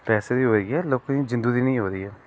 पैसै दी होआ दी ऐ लोकें दी जिंदू दी नी होआ दी ऐ